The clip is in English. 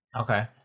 okay